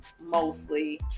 mostly